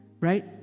right